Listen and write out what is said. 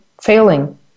failing